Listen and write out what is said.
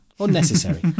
Unnecessary